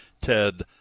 Ted